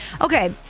Okay